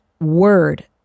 word